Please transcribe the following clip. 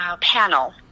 panel